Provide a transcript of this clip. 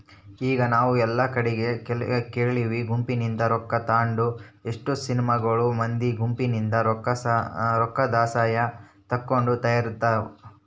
ಈಗ ನಾವು ಎಲ್ಲಾ ಕಡಿಗೆ ಕೇಳ್ತಿವಿ ಗುಂಪಿನಿಂದ ರೊಕ್ಕ ತಾಂಡು ಎಷ್ಟೊ ಸಿನಿಮಾಗಳು ಮಂದಿ ಗುಂಪಿನಿಂದ ರೊಕ್ಕದಸಹಾಯ ತಗೊಂಡು ತಯಾರಾತವ